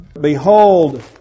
behold